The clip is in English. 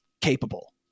capable